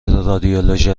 رادیولوژی